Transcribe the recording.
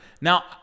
Now